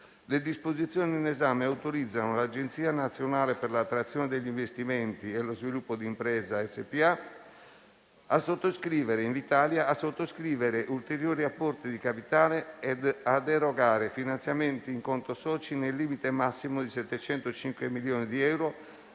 Le disposizioni in esame autorizzano l'Agenzia nazionale per l'attrazione degli investimenti e lo sviluppo d'impresa SpA (Invitalia) a sottoscrivere ulteriori apporti di capitale e ad erogare finanziamenti in conto soci nel limite massimo di 705 milioni di euro